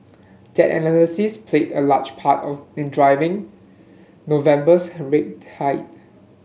that analysis played a large part of in driving November's rate hike